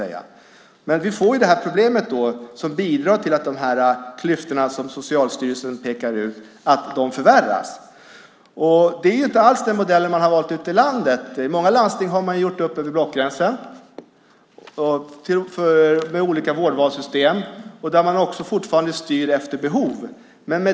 Därmed får vi detta problem som bidrar till att de klyftor som Socialstyrelsen pekar ut förvärras. Det är inte den modell man valt ute i landet. I många landsting har man gjort upp över blockgränserna i form av olika vårdvalssystem, och man styr fortfarande efter behov.